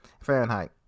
fahrenheit